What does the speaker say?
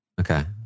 Okay